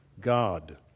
God